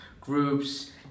groups